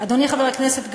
אדוני חבר הכנסת גפני,